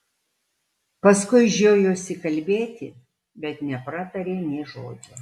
paskui žiojosi kalbėti bet nepratarė nė žodžio